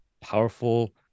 powerful